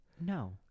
No